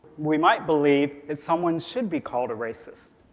we might believe that someone should be called a racist.